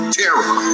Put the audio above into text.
terror